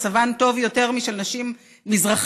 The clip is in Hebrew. מצבן טוב יותר משל נשים מזרחיות,